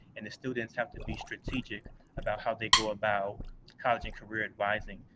and the students have to be strategic about how they go about college and career advising.